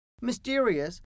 mysterious